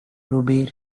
ruby